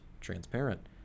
Transparent